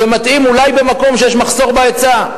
זה מתאים אולי במקום שיש מחסור בהיצע,